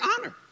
honor